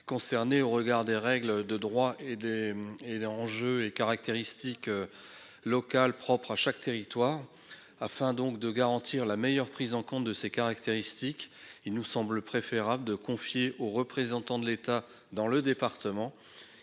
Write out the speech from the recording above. concernées, au regard des règles de droit, des enjeux et des caractéristiques locales propres à chaque territoire. Afin de garantir la meilleure prise en compte de ces caractéristiques, il est préférable de confier ce contrôle de conformité au représentant de l'État dans le département,